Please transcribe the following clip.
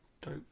Dope